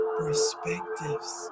perspectives